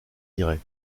irait